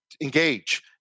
engage